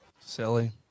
Silly